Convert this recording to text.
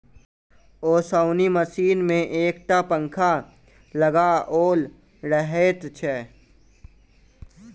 ओसौनी मशीन मे एक टा पंखा लगाओल रहैत छै